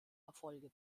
erfolge